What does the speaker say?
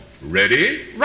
Ready